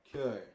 Okay